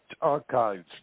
archives